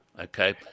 Okay